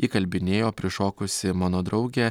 įkalbinėjo prišokusi mano draugė